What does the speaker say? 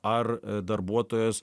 ar darbuotojas